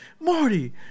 Marty